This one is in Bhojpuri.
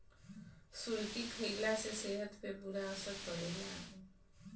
सुरती खईला से सेहत पे बुरा असर पड़ेला